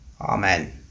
Amen